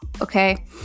Okay